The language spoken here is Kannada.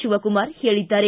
ಶಿವಕುಮಾರ್ ಹೇಳಿದ್ದಾರೆ